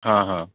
हा हा